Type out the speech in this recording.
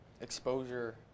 exposure